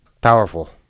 Powerful